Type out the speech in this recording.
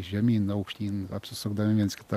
žemyn aukštyn apsisukdami viens kitą